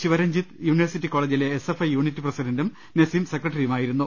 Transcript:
Sivaranjith university കോളേജിലെ S F I unit പ്രസി ഡന്റും നസീം സെക്രട്ടറിയുമായിരുന്നു